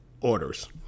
orders